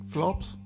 Flops